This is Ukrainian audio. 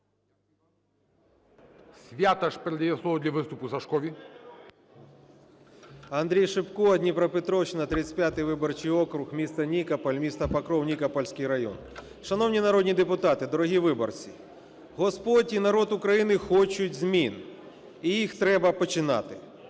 виступу Шипкові. 10:26:32 ШИПКО А.Ф. Андрій Шипко, Дніпропетровщина, 35 виборчий округ, місто Нікополь, місто Покров, Нікопольський район. Шановні народні депутати, дорогі виборці! Господь і народ України хочуть змін. І їх треба починати.